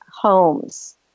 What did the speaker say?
homes